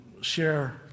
share